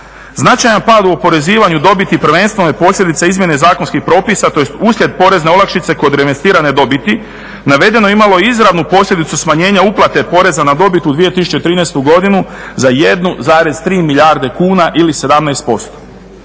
Značajan pad u oporezivanju dobiti prvenstveno je posljedica izmjene zakonskih propisa tj. uslijed porezne olakšice kod reinvestirane dobiti. Navedeno je imalo izravnu posljedicu smanjenja uplate poreza na dobit u 2013. godinu za 1,3 milijarde kuna ili 17%.